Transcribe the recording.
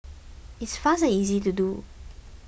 it's fast and easy to do